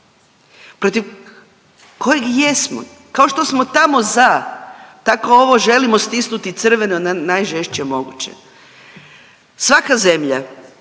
protiv kojeg jesmo kao što smo tamo za, tako ovo želimo stisnuti crveno na najžešće moguće. Svaka zemlja